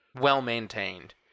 well-maintained